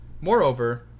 Moreover